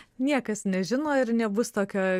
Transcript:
niekas nežino ir nebus tokio